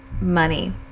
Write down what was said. money